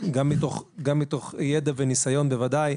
-- ציינה את זה גם מתוך ידע וניסיון בוודאי,